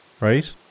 right